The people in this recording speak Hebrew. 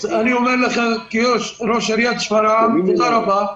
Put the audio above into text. אני אומר לך כראש עיריית שפרעם תודה רבה.